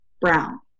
brown